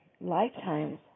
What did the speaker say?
lifetimes